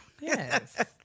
Yes